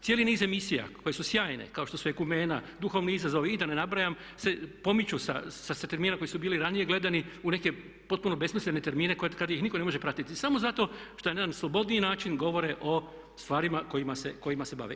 Cijeli niz emisija koje su sjajne kao što su "Ekumena", "Duhovni izazovi" i da ne nabrajam se pomiču sa termina koji su bili ranije gledani u neke potpuno besmislene termine kad ih nitko ne može pratiti samo zato što na jedan slobodniji način govore o stvarima kojima se bave.